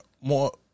more